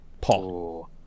Paul